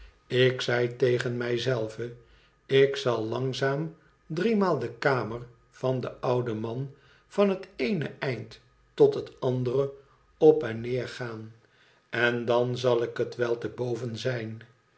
ik zei tegen mij zelve ik zal langzaam driemaal de kamer van den ouden man van het eene eind tot het andere op en neer gaan en dan zal ik het wel te boven zijn